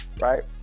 right